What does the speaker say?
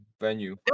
venue